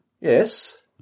Yes